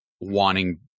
wanting